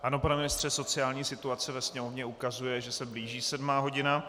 Ano, pane ministře, sociální situace ve Sněmovně ukazuje, že se blíží sedmá hodina.